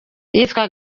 yitwa